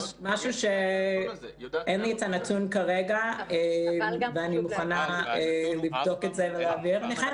אין לי את הנתון כרגע ואני מוכנה לבדוק את זה ולהעביר אליכם